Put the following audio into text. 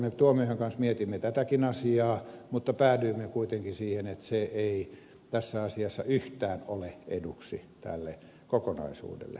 tuomiojan kanssa mietimme tätäkin asiaa mutta päädyimme kuitenkin siihen että se ei tässä asiassa yhtään ole eduksi tälle kokonaisuudelle